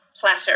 platter